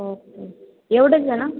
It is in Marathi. ओके एवढंच जण